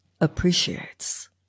appreciates